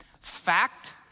fact